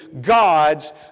God's